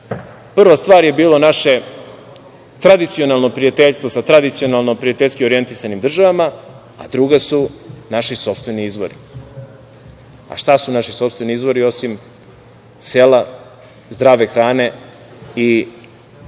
dve stvari – naše tradicionalno prijateljstvo sa tradicionalno prijateljski orijentisanim državama i naši sopstveni izvori. A šta su naši sopstveni izvori osim sela, zdrave hrane i proizvoda